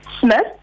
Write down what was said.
Smith